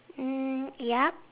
mm yup